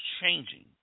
changing